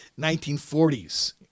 1940s